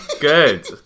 Good